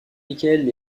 michael